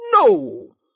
No